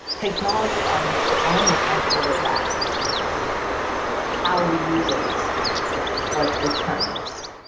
technology on its own is not good or bad. it's just a tool how we use it is what determines